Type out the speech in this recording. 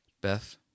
Beth